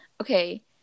Okay